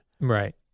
Right